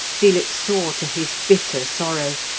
felix saw, to his bitter sorrow,